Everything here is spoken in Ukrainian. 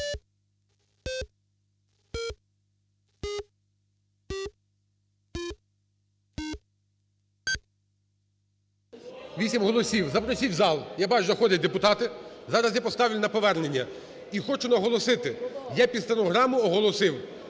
8 голосів запросіть у зал. Я бачу, заходять депутати. Зараз я поставлю на повернення. І хочу наголосити, я під стенограму оголосив,